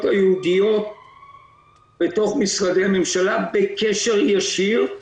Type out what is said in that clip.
היעודיות בתוך משרדי הממשלה בקשר ישיר,